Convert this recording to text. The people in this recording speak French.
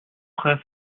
très